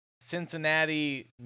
Cincinnati